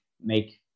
make